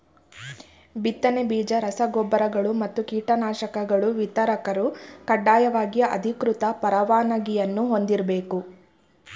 ಬಿತ್ತನೆ ಬೀಜ ರಸ ಗೊಬ್ಬರಗಳು ಮತ್ತು ಕೀಟನಾಶಕಗಳ ವಿತರಕರು ಕಡ್ಡಾಯವಾಗಿ ಅಧಿಕೃತ ಪರವಾನಗಿಯನ್ನೂ ಹೊಂದಿರ್ಬೇಕು